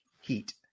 Heat